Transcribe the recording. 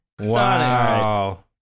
Wow